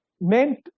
meant